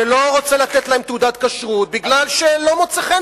שלא רוצה לתת להם תעודת כשרות בגלל שלא מוצא חן